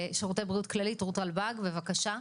שירותי בריאות כללית, רות רלבג, בבקשה.